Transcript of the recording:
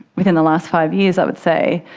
within the last five years i would say,